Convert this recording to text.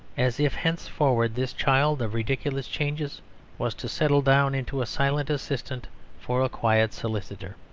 as if henceforward this child of ridiculous changes was to settle down into a silent assistant for a quiet solicitor.